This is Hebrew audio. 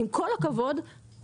היא מתכוונת לא להגיד למה המחיר יעלה,